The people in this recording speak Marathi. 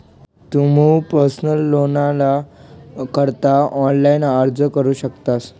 तुमू पर्सनल लोनना करता ऑनलाइन अर्ज करू शकतस